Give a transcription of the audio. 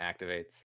activates